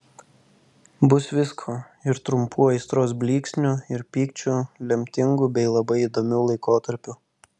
bus visko ir trumpų aistros blyksnių ir pykčių lemtingų bei labai įdomių laikotarpių